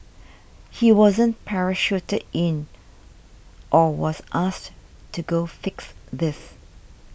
he wasn't parachuted in or was asked to go fix this